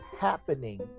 happening